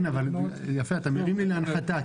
אתה מרים לי להנחתה.